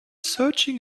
searching